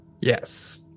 Yes